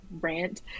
rant